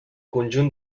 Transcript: conjunt